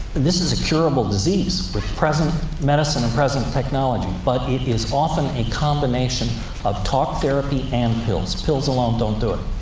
this is a curable disease, with present medicine and present technology. but it is often a combination of talk therapy and pills. pills alone don't do it,